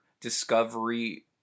discovery